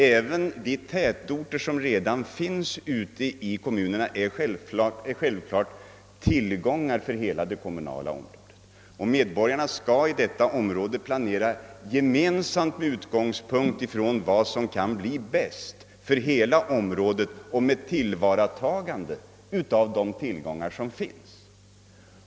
även de tätorter som redan finns ute i kommunerna är givetvis tillgångar för hela det kommunala området, och medborgarna skall i detta område planera gemensamt med utgångspunkt från vad som kan bli bäst för hela området med tillvaratagande av de tillgångar som finns.